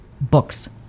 books